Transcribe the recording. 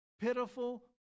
pitiful